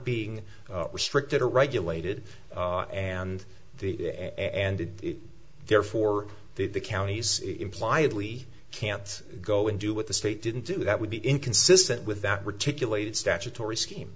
being restricted or regulated and the and therefore the counties implied we can't go and do what the state didn't do that would be inconsistent with that particular statutory scheme